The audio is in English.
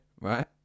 right